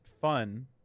fun